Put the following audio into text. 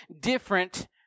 different